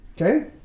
okay